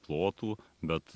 plotų bet